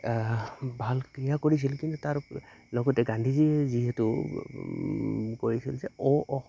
ভাল ক্ৰিয়া কৰিছিল কিন্তু তাৰ লগতে গান্ধীজীয়ে যিহেতু কৰিছিল যে অ অ